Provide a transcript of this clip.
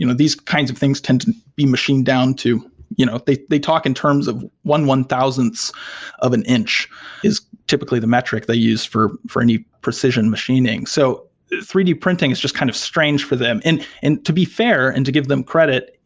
you know these kinds of things tend to be machine down to you know they they talk in terms of one-one-thousandths of an inch is typically the metric they use for for any precision machining. so three d printing is just kind of strange for them. and and to be fair and to give them credit,